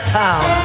town